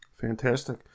Fantastic